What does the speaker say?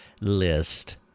list